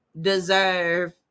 deserve